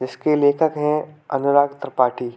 इसके लेखक हैं अनुराग त्रिपाठी